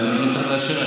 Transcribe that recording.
אני לא צריך לאשר,